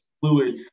fluid